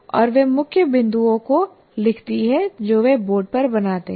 और वह मुख्य बिंदुओं को लिखती है जो वे बोर्ड पर बनाते हैं